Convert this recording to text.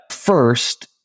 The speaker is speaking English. First